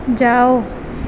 جاؤ